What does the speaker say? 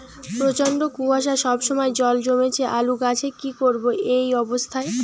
প্রচন্ড কুয়াশা সবসময় জল জমছে আলুর গাছে কি করব এই অবস্থায়?